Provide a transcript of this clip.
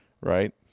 right